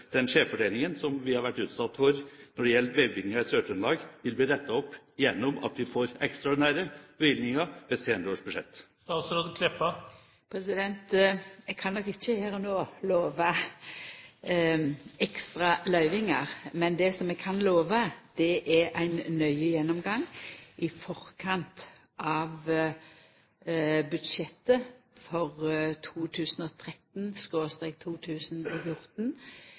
den skjevfordelingen som vi har vært utsatt for når det gjelder veibevilgninger i Sør-Trøndelag, vil bli rettet opp gjennom at vi får ekstraordinære bevilgninger ved senere års budsjett? Eg kan nok ikkje her og no lova ekstra løyvingar, men det eg kan lova, er ein nøye gjennomgang i forkant av budsjettet for